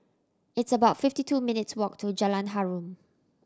it's about fifty two minutes' walk to Jalan Harum